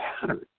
pattern